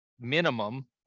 minimum